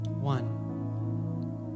one